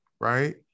right